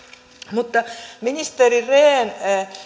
ministeri rehn